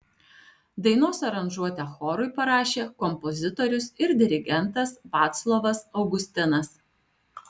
dainos aranžuotę chorui parašė kompozitorius ir dirigentas vaclovas augustinas